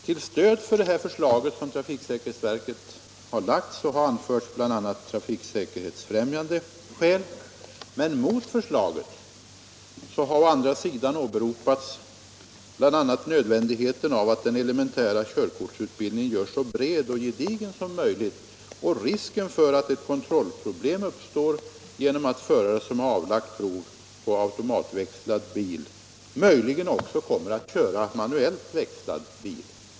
Till stöd för trafiksäkerhetsverkets förslag har bl.a. anförts trafiksäkerhetsfrämjande skäl, men mot förslaget har å andra sidan åberopats nödvändigheten av att den elementära körkortsutbildningen görs så bred och gedigen som möjligt. Det har också sagts att det finns risk för att ett kontrollproblem uppstår genom att förare som har avlagt prov på automatväxlad bil senare också kommer att köra manuellt växlad bil.